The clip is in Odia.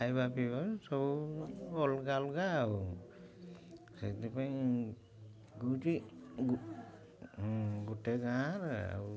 ଖାଇବା ପିଇବା ସବୁ ଅଲଗା ଅଲଗା ଆଉ ସେଥିପାଇଁ ଗୋଟେ ଗାଁରେ ଆଉ